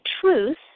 truth